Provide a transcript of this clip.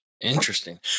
Interesting